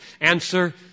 Answer